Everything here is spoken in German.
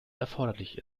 erforderlich